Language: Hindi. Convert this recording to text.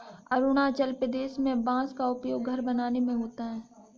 अरुणाचल प्रदेश में बांस का उपयोग घर बनाने में होता है